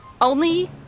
Only-